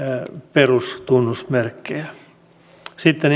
perustunnusmerkkejä sitten